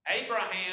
Abraham